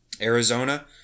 Arizona